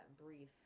brief